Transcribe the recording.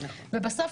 ובסוף,